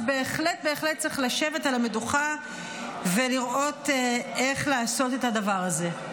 אז בהחלט בהחלט צריך לשבת על המדוכה ולראות איך לעשות את הדבר הזה.